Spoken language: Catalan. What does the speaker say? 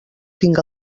tinc